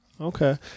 okay